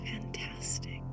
fantastic